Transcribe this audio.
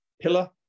pillar